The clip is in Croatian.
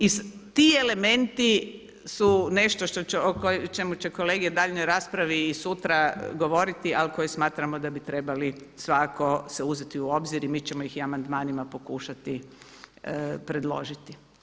I ti elementni su nešto o čemu će kolege u daljnjoj raspravi i sutra govoriti ali koje smatrao da bi trebali svakako se uzeti u obzir i mi ćemo ih i amandmanima pokušati predložiti.